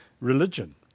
religion